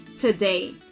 today